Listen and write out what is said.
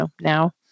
now